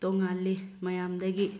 ꯇꯣꯉꯥꯜꯂꯤ ꯃꯌꯥꯝꯗꯒꯤ